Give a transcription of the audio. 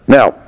Now